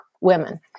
women